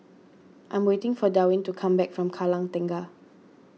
I am waiting for Darwin to come back from Kallang Tengah